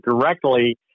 directly